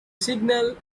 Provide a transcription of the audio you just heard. signal